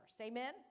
Amen